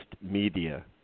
media